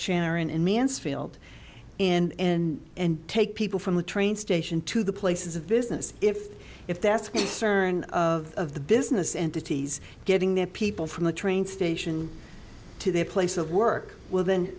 charin in mansfield in and take people from the train station to the places of business if if that's cern of of the business entities getting their people from the train station to their place of work wi